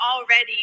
already